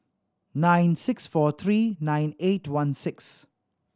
nine six four three nine eight one six